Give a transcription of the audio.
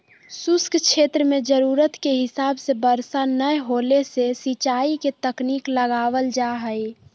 शुष्क क्षेत्र मे जरूरत के हिसाब से बरसा नय होला से सिंचाई के तकनीक लगावल जा हई